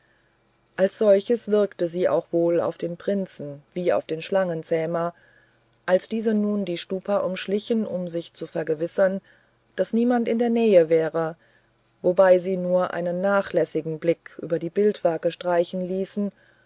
als solches wirkte sie auch sowohl auf den prinzen wie auf den schlangenzähmer als diese nun die stupa umschlichen um sich zu vergewissern daß niemand in der nähe wäre wobei sie nur einen nachlässigen blick über die bildwerke streichen ließen